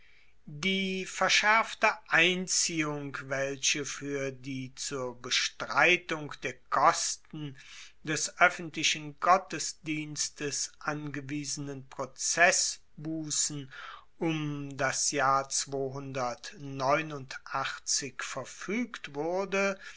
die verschaerfte einziehung welche fuer die zur bestreitung der kosten des oeffentlichen gottesdienstes angewiesenen prozessbussen um das jahr verfuegt wurde